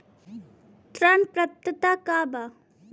ऋण पात्रता का बा?